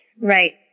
Right